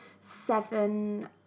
seven